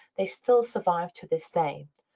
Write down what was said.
they still survive to this day.